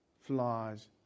flaws